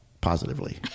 positively